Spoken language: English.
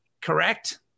correct